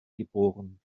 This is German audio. geboren